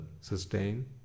sustain